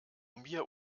mir